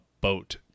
boat